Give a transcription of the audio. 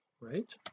right